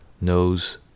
knows